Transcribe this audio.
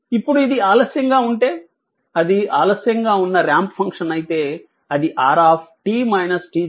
ఇప్పుడు అది ఆలస్యంగా ఉంటే అది ఆలస్యంగా ఉన్న రాంప్ ఫంక్షన్ అయితే అది r అవుతుంది